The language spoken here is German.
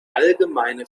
allgemeine